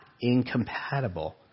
incompatible